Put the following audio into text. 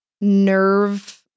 nerve